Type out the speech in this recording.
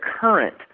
current